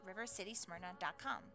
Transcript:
rivercitysmyrna.com